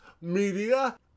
media